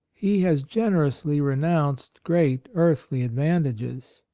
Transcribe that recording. he has generously renounced great earthly advantages.